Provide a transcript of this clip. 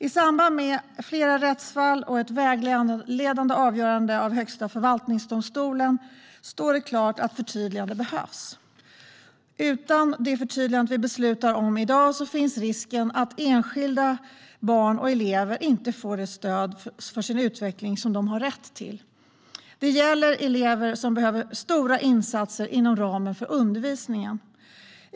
I samband med flera rättsfall och ett vägledande avgörande av Högsta förvaltningsdomstolen står det klart att ett förtydligande behövs. Utan det förtydligande som vi ska besluta om i dag finns det risk att enskilda barn och elever inte får det stöd för sin utveckling som de har rätt till. Det gäller elever som behöver stora insatser inom ramen för undervisningen.